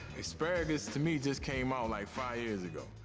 asparagus to me just came out like five years ago.